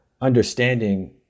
understanding